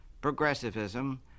progressivism